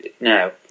No